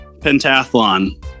Pentathlon